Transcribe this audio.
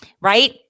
Right